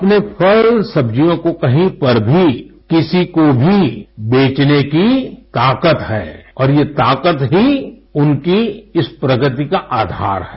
अपने फल सब्जियों को कहीं पर भी किसी को भी बेचने की ताकत है और ये ताकत ही उनकी इस प्रगति का आधार है